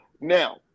Now